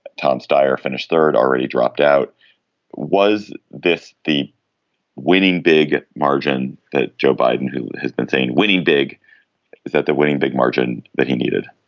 tom stier finished third, already dropped out was this the winning big margin that joe biden, who has been saying winning big? is that the winning big margin that he needed?